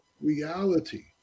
reality